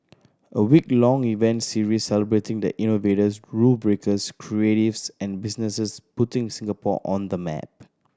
a week long event series celebrating the innovators rule breakers creatives and businesses putting Singapore on the map